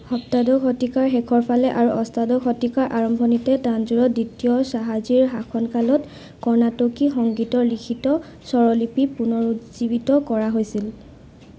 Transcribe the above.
সপ্তাদশ শতিকাৰ শেষৰ ফালে আৰু অষ্টাদশ শতিকাৰ আৰম্ভণিতে তাঞ্জোৰত দ্বিতীয় শ্বাহাজীৰ শাসনকালত কৰ্ণাটকী সংগীতৰ লিখিত স্বৰলিপি পুনৰুজ্জীৱিত কৰা হৈছিল